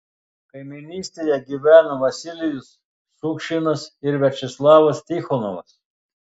kaimynystėje gyveno vasilijus šukšinas ir viačeslavas tichonovas